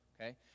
Okay